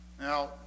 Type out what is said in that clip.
Now